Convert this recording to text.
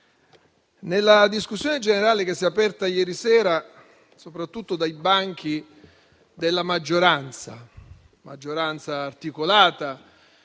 Nella discussione generale che si è aperta ieri sera è emerso un tema, soprattutto dai banchi della maggioranza; una maggioranza articolata